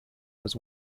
was